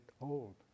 old